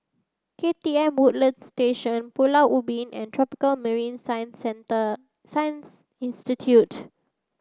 K T M Woodlands Station Pulau Ubin and Tropical Marine Science Institute